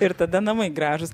ir tada namai gražūs